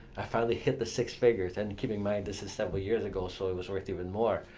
i finally hit the six figures and keep in mind, this is several years ago so it was worth even more.